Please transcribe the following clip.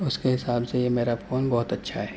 اس کے حساب سے یہ میرا پھون بہت اچھا ہے